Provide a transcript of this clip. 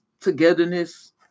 togetherness